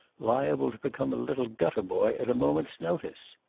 liable to become a little gutter-boy at a moment's notice.